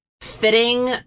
fitting